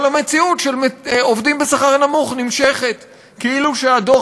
אבל המציאות של עובדים בשכר נמוך נמשכת כאילו הדוח